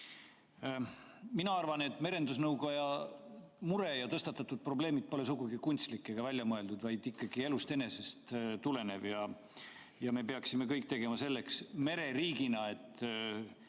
Mina arvan, et merendusnõukoja mure ja tõstatatud probleemid pole sugugi kunstlikud ja väljamõeldud, vaid ikkagi elust enesest tulenevad. Ja me peaksime mereriigina tegema